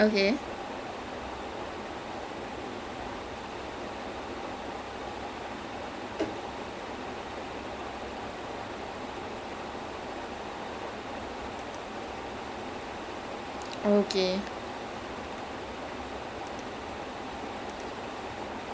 then Deccan Air used to run quite frequently until I think two thousand four or five or might be later also then that's when they swear that's when he sold it off to vijay mallya who wanted to expand Kingfisher airlines then he retired pretty well to do lah today he நல்லா காசு பாத்துட்டு:nallaa kaasu paathutu he retired